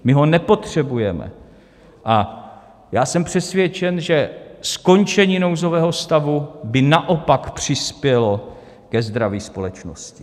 My ho nepotřebujeme a já jsem přesvědčen, že skončení nouzového stavu by naopak přispělo ke zdraví společnosti.